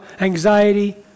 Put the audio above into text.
anxiety